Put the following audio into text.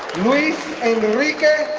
luis enrique